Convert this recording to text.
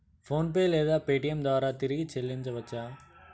PhonePe లేదా Paytm ద్వారా తిరిగి చల్లించవచ్చ?